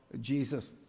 Jesus